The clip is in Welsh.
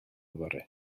yfory